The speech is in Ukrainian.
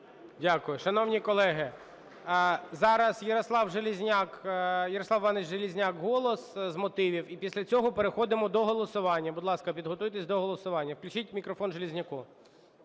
Дякую. Шановні колеги, зараз Ярослав Железняк, Ярослав Іванович Железняк, "Голос" з мотивів. І після цього переходимо до голосування. Будь ласка, підготуйтеся до голосування. включіть мікрофон Желєзняку.